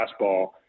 fastball